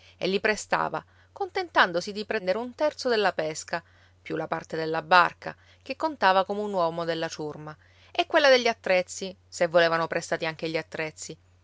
e li prestava contentandosi di prendere un terzo della pesca più la parte della barca che contava come un uomo della ciurma e quella degli attrezzi se volevano prestati anche gli attrezzi